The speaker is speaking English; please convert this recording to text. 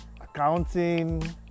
accounting